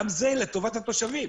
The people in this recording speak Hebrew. גם זה לטובת התושבים.